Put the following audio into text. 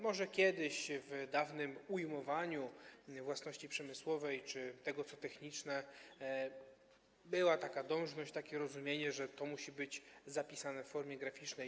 Może kiedyś, w dawnym ujmowaniu własności przemysłowej czy tego, co techniczne, była taka dążność, takie rozumienie, że to musi być zapisane w formie graficznej.